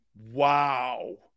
Wow